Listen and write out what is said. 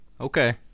Okay